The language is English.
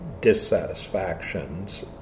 dissatisfactions